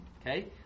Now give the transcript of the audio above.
Okay